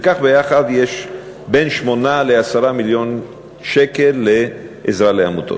וכך ביחד יש בין 8 ל-10 מיליון שקל לעזרה לעמותות.